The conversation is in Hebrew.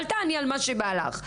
אל תעני על מה שבא לך.